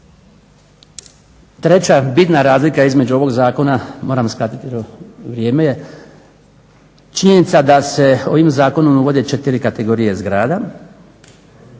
Treća bitna razlika između ovog zakona, moram skratiti jer vrijeme je, činjenica da se ovim zakonom uvode četiri kategorije zgrada